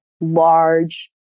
large